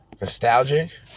nostalgic